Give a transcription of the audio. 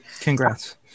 Congrats